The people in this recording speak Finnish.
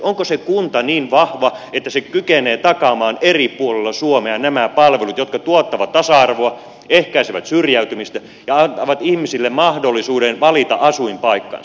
onko se kunta niin vahva että se kykenee takaamaan eri puolilla suomea nämä palvelut jotka tuottavat tasa arvoa ehkäisevät syrjäytymistä ja antavat ihmisille mahdollisuuden valita asuinpaikkansa